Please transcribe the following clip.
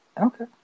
Okay